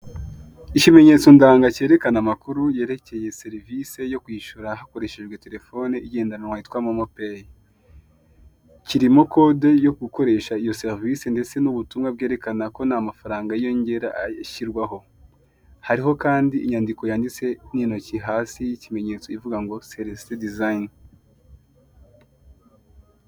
Ikimenyetso ndanga cyerekana amakuru yerekeye serivise yo kwishyura hakoreshejwe telefone igendanwa yitwa momo peyi. Kirimo kode yo gukoresha iyo serivize ndetse n'ubutumwa bwerekana ko nta mafaranga y'inyongera ashyirwaho. Hariho kandi inyanddiko yanditse n'intoki hasi, y'ikimentetsi, ivuga ngo Seresite duzayini.